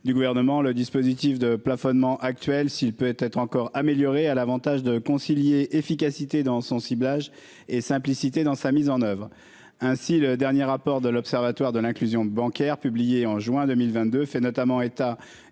du gouvernement. Le dispositif de plafonnement actuel s'il peut être encore amélioré à l'Avantage de concilier efficacité dans son ciblage et simplicité dans sa mise en oeuvre ainsi le dernier rapport de l'Observatoire de l'inclusion bancaire publié en juin 2022 fait notamment état